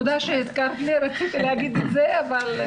בדיוק.